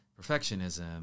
perfectionism